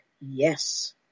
yes